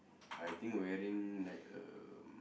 I think wearing like um